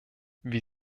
wie